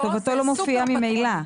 טובתו לא מופיע ממילא.